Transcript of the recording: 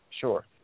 Sure